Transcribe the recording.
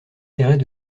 d’intérêt